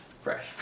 Fresh